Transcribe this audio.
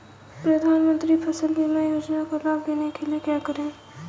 प्रधानमंत्री फसल बीमा योजना का लाभ लेने के लिए क्या करें?